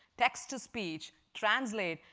text-to-speech, translate,